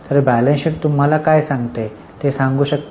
तर balance sheet तुम्हाला काय सांगते ते सांगू शकता